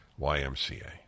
YMCA